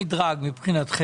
מה המדרג מבחינתכם?